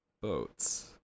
boats